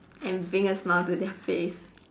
and bring a smile to their face